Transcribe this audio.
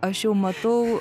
aš jau matau